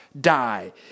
die